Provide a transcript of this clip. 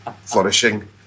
flourishing